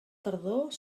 tardor